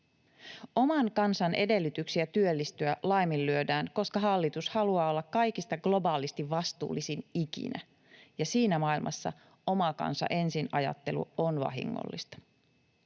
Oman kansan edellytyksiä työllistyä laiminlyödään, koska hallitus haluaa olla kaikista globaalisti vastuullisin ikinä, ja siinä maailmassa oma kansa ensin ‑ajattelu on vahingollista.